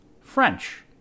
French